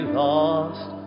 lost